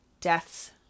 deaths